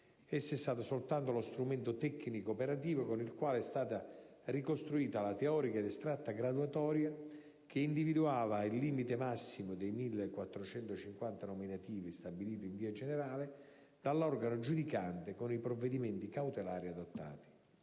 Essa è stata soltanto lo strumento tecnico-operativo con il quale è stata ricostruita la teorica ed astratta graduatoria che individuava il limite massimo dei 1.450 nominativi, stabilito in via generale, dall'organo giudicante con i provvedimenti cautelari adottati.